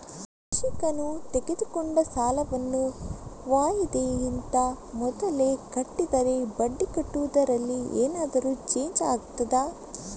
ಕೃಷಿಕನು ತೆಗೆದುಕೊಂಡ ಸಾಲವನ್ನು ವಾಯಿದೆಗಿಂತ ಮೊದಲೇ ಕಟ್ಟಿದರೆ ಬಡ್ಡಿ ಕಟ್ಟುವುದರಲ್ಲಿ ಏನಾದರೂ ಚೇಂಜ್ ಆಗ್ತದಾ?